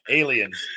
aliens